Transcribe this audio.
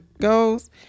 goes